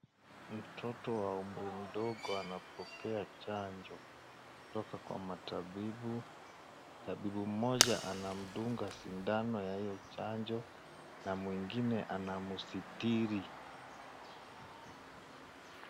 Mtoto wa umri ndogo anapokea chanjo kutoka kwa matabibu. Tabibu mmoja anamdunga sindano ya hiyo chanjo na mwingine anamsitiri.